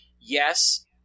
yes